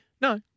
No